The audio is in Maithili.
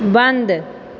बन्द